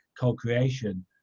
co-creation